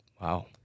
Wow